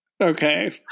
okay